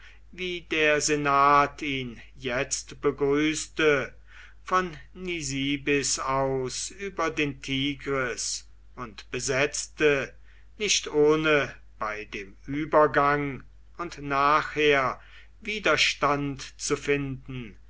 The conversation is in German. wie der senat ihn jetzt begrüßte von nisibis aus über den tigris und besetzte nicht ohne bei dem übergang und nachher widerstand zu finden